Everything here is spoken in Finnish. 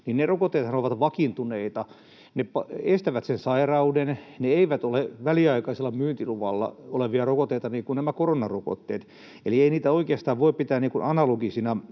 niin ne rokotteethan ovat vakiintuneita. Ne estävät sen sairauden, ne eivät ole väliaikaisella myyntiluvalla olevia rokotteita niin kuin nämä koronarokotteet, eli ei niitä oikeastaan voi pitää analogisina